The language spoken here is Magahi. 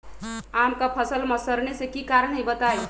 आम क फल म सरने कि कारण हई बताई?